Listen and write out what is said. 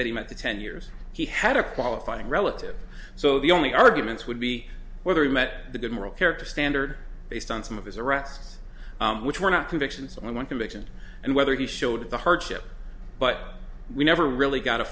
that he meant the ten years he had a qualifying relative so the only arguments would be whether he met the good moral character standard based on some of his arrests which were not convictions i want conviction and whether he showed the hardship but we never really got a